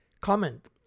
Comment